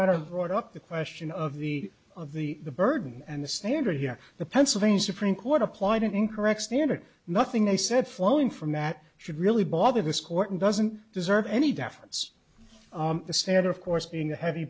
out of brought up the question of the of the burden and the standard here the pennsylvania supreme court applied an incorrect standard nothing they said flowing from that should really bother this court and doesn't deserve any deference the standard of course being a heavy